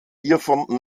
hiervon